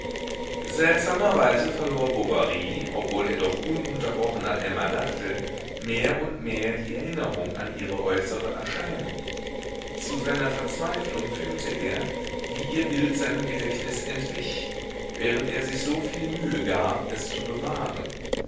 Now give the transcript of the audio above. seltsamerweise verlor bovary obwohl er doch ununterbrochen an emma dachte mehr und mehr die erinnerung an ihre äußere erscheinung zu seiner verzweiflung fühlte er wie ihr bild seinem gedächtnis entwich während er sich so viel mühe gab es zu bewahren